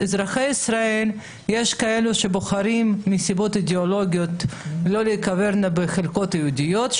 חלק מאזרחי ישראל בוחרים לא להיקבר בחלקות יהודיות מסיבות אידיאולוגיות.